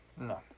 No